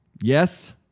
Yes